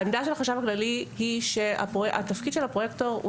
עמדת החשב הכללי היא שתפקיד הפרויקטור הוא